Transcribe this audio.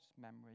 memory